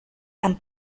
and